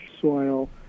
soil